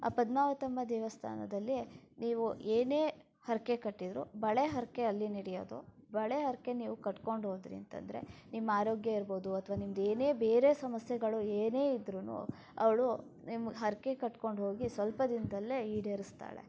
ಆ ಪದ್ಮಾವತಮ್ಮ ದೇವಸ್ಥಾನದಲ್ಲಿ ನೀವು ಏನೇ ಹರಕೆ ಕಟ್ಟಿದ್ದರೂ ಬಳೆ ಹರಕೆ ಅಲ್ಲಿ ನಡೆಯೋದು ಬಳೆ ಹರಕೆ ನೀವು ಕಟ್ಕೊಂಡು ಹೋದಿರಿ ಅಂತಂದರೆ ನಿಮ್ಮ ಆರೋಗ್ಯ ಇರ್ಬೋದು ಅಥವಾ ನಿಮ್ಮದು ಏನೇ ಬೇರೆ ಸಮಸ್ಯೆಗಳು ಏನೇ ಇದ್ದರೂ ಅವಳು ನಿಮ್ಮ ಹರಕೆ ಕಟ್ಕೊಂಡ್ಹೋಗಿ ಸ್ವಲ್ಪ ದಿನದಲ್ಲೇ ಈಡೇರಿಸ್ತಾಳೆ